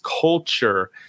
culture